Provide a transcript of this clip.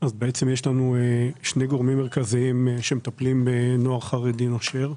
יש לנו שני גורמים מרכזיים שמטפלים בנוער חרדי נושר.